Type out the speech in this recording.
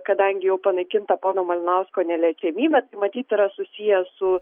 kadangi jau panaikinta pono malinausko neliečiamybė tai matyt yra susiję su